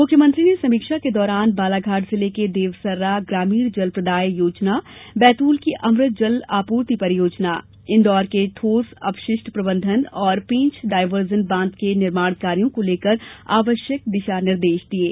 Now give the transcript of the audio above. मुख्यमंत्री ने समीक्षा के दौरान बालाघाट जिले के देवसर्रा ग्रामीण जल प्रदाय योजना बैतूल की अमृत जल आपूर्ति परियोजना इंदौर के ठोस अपशिष्ट प्रबन्धन और पेच डाइवर्सन बांध के निर्माण कार्यो को लेकर आवश्यक निर्देश दिये